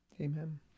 Amen